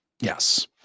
Yes